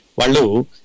Walu